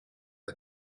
the